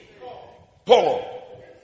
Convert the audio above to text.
Paul